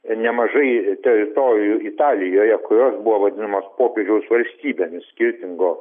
nemažai teritorijų italijoje kurios buvo vadinamos popiežiaus valstybėmis skirtingo